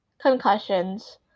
concussions